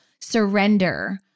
surrender